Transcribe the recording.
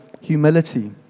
humility